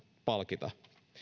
palkita